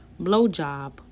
blowjob